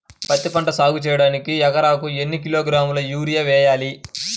పత్తిపంట సాగు చేయడానికి ఎకరాలకు ఎన్ని కిలోగ్రాముల యూరియా వేయాలి?